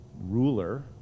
ruler